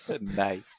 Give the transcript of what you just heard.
Nice